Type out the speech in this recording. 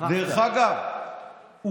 רק שכחת להגיד שזה היה בוועדה.